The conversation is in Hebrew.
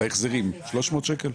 300 שקלים?